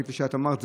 כפי שאת אמרת,